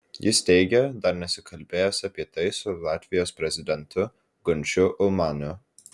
jis teigė dar nesikalbėjęs apie tai su latvijos prezidentu gunčiu ulmaniu